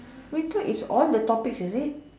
free talk is all the topics is it